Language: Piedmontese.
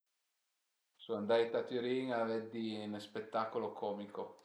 Sun andait a Türin a veddi ën spettacolo comico